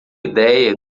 ideia